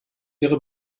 ihre